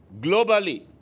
globally